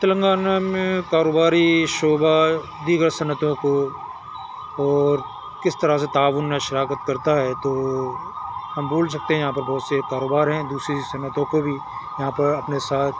تلنگانہ میں کاروباری شعبہ دیگر صنعتوں کو اور کس طرح سے تعاون میں شراکت کرتا ہے تو ہم بول سکتے ہیں یہاں پر بہت سے کاروبار ہیں دوسری صنعتوں کو بھی یہاں پر اپنے ساتھ